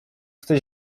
chce